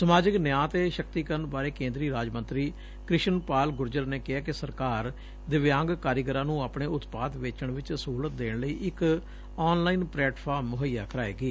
ਸਮਾਜਿਕ ਨਿਆਂ ਅਤੇ ਸ਼ਕਤੀਕਰਨ ਬਾਰੇ ਕੇਂਦਰੀ ਰਾਜ ਮੰਤਰੀ ਕੁਸ਼ਨ ਪਾਲ ਗੁਰਜਰ ਨੇ ਕਿਹੈ ਕਿ ਸਰਕਾਰ ਦਿਵਿਆਂਗ ਕਾਰੀਗਰਾਂ ਨੂੰ ਆਪਣੇ ਉਤਪਾਦ ਵੇਚਣ ਵਿਚ ਸਹੂਲਤ ਦੇਣ ਲਈ ਇਕ ਆਨ ਲਾਈਨ ਪਲੇਟਫਾਰਮ ਮੁਹੱਈਆ ਕਰਾਏਗੀ